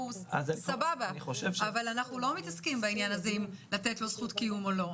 אבל אנחנו לא מתעסקים בעניין הזה אם לתת לו זכות קיום או לא,